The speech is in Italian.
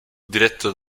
diretto